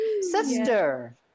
sister